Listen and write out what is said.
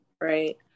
right